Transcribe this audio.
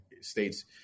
States